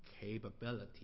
capability